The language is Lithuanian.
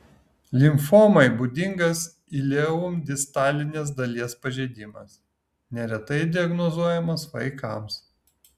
limfomai būdingas ileum distalinės dalies pažeidimas neretai diagnozuojamas vaikams